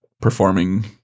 performing